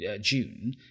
June